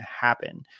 happen